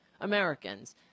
Americans